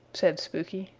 said spooky.